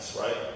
Right